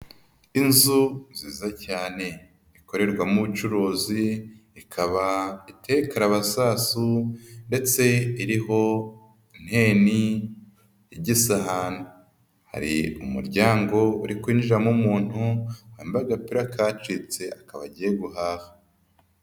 Inzu nziza cyane ikorerwamo ubucuruzi, ikaba iteye karabasasu ndetse iriho nteni y'igisahani, hari umuryango uri kwinjiramo umuntu wambaye agapira kacitse, akaba agiye guhaha.